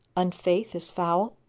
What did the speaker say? unfaith is foul?